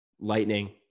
Lightning